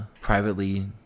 privately